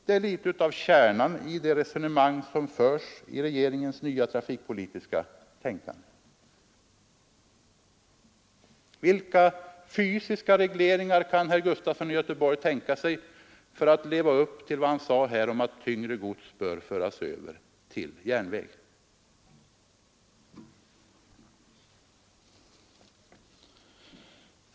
Det här är litet av kärnan i regeringens nya trafikpolitiska resonemang. Vilka fysiska regleringar kan herr Gustafson i Göteborg föreslå — för att leva upp till vad han sade om att tyngre gods bör föras över till järnväg?